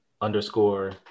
underscore